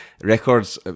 records